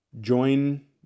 join